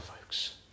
folks